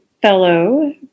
fellow